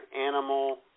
animal